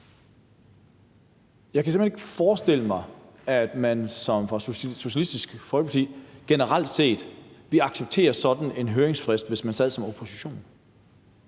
Jeg kan simpelt hen ikke forestille mig, at man fra Socialistisk Folkepartis side generelt set ville acceptere sådan en høringsfrist, hvis man sad i opposition.